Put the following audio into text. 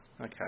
Okay